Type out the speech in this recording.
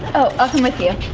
oh, i'll come with you.